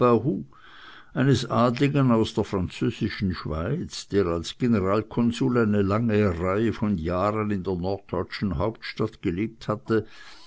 eines adligen aus der französischen schweiz der als generalkonsul eine lange reihe von jahren in der norddeutschen hauptstadt gelebt hatte